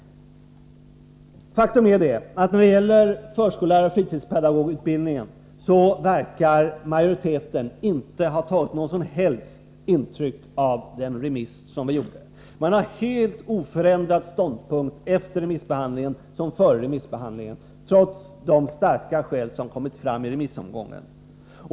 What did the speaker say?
I fråga om förskolläraroch fritidspedagogutbildningen verkar majoriteten inte ha tagit något som helst intryck av remissyttrandena. Man har en helt oförändrad ståndpunkt efter remissbehandlingen, trots de starka skäl för ett ändrat ställningstagande som kommit fram under remissomgången.